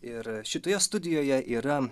ir šitoje studijoje yra